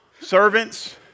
servants